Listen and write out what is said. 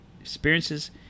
experiences